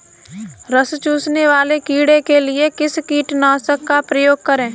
रस चूसने वाले कीड़े के लिए किस कीटनाशक का प्रयोग करें?